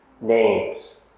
names